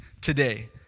today